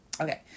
Okay